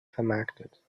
vermarktet